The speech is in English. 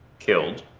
killed.